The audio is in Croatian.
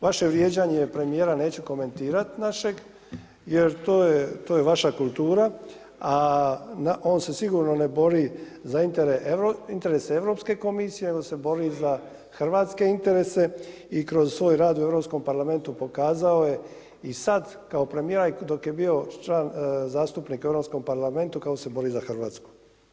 Vaše vrijeđanje premijera komentirat našeg jer to je vaša kultura, a on se sigurno ne bori za interese Europske komisije nego se bori za hrvatske interese i kroz svoj rad u Europskom parlamentu pokazao je i sada kao premijer i dok je bio član zastupnika u EU parlamentu kako se bori za Hrvatsku.